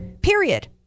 Period